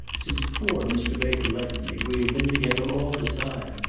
since poor mr. baker left me, we have been together all the time.